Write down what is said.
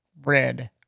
Red